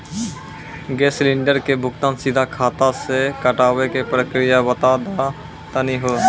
Gas cylinder के भुगतान सीधा खाता से कटावे के प्रक्रिया बता दा तनी हो?